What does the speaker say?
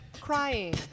crying